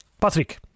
Patrick